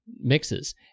mixes